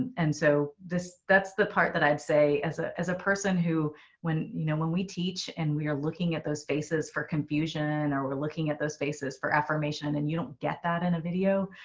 and so this that's the part that i'd say as a as a person who when you know when we teach and we are looking at those faces for confusion or we're looking at those faces for affirmation and you don't get that in a video,